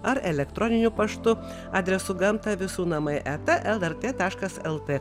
ar elektroniniu paštu adresu gamta visų namai eta lrt taškas lt